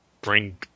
bring